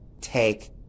take